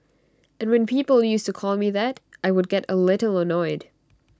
and when people used to call me that I would get A little annoyed